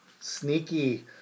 sneaky